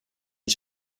les